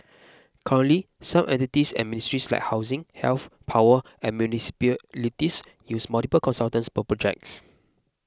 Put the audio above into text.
currently some entities and ministries like housing health power and municipalities use multiple consultants per projects